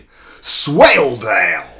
Swaledale